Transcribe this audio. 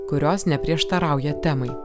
kurios neprieštarauja temai